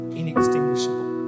inextinguishable